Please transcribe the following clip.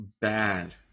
bad